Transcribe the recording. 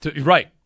right